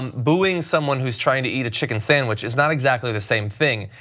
um booming someone who is trying to eat a chicken sandwich is not exactly the same thing,